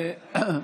היושב-ראש,